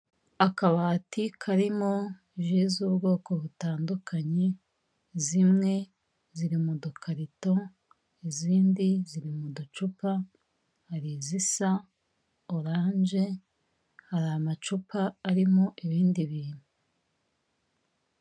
Akabati karimo ji z'ubwoko butandukanye, zimwe ziri mu dukarito, izindi ziri mu ducupa, hari izisa oranje, hari amacupa arimo ibindi bintu.